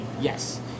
Yes